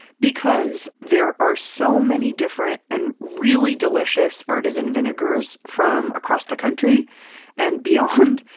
because there are so many different and really delicious artisan vinegars from across the country and beyond,